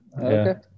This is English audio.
Okay